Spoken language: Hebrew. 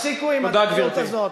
תפסיקו עם הצביעות הזאת.